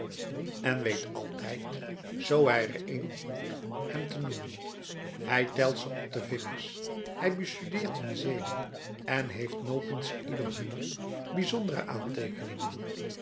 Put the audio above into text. en weet altijd zoo hij er een ontmoet hem te noemen hij telt ze op de vingers hij bestudeert hun zeden en heeft nopens ieder hunner bijzondere aanteekeningen